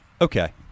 okay